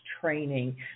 Training